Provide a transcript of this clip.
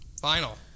Final